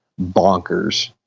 bonkers